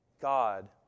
God